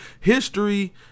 history